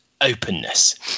openness